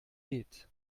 geht